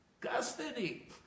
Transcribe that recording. Custody